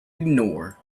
ignore